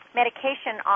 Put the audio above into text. medication